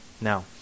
Now